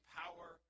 power